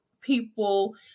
people